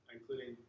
including